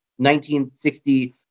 1960